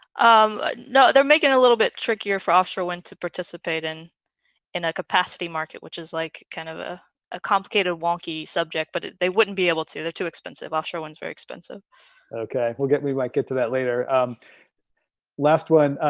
um, no, they're making a little bit trickier for offshore wind to participate in in a capacity market which is like kind of ah a complicated wonky subject but they wouldn't be able to they're too expensive offshore one's very expensive okay, we'll get we might get to that later. um last one,